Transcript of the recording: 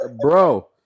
bro